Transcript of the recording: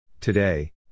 Today